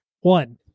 One